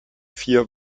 vier